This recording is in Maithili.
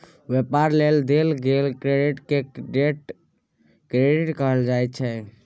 व्यापार लेल देल गेल क्रेडिट के ट्रेड क्रेडिट कहल जाइ छै